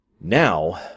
Now